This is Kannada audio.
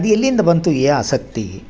ಅದು ಎಲ್ಲಿಂದ ಬಂತು ಈ ಆಸಕ್ತಿ